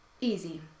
easy